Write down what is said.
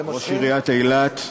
ראש עיריית אילת,